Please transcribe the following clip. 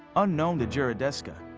unknown to gheradesca,